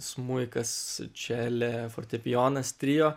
smuikas čelė fortepijonas trio